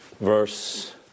verse